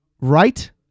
Right